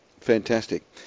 Fantastic